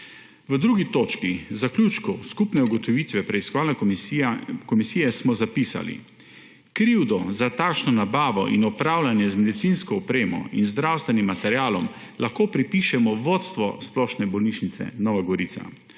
V drugi točki, zaključku skupne ugotovitve preiskovalne komisije, smo zapisali, da krivdo za takšno nabavo in upravljanje z medicinsko opremo in zdravstvenim materialom lahko pripišemo vodstvu splošne bolnišnice Nova Gorica,